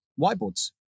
whiteboards